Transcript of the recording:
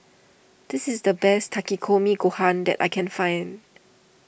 this is the best Takikomi Gohan that I can find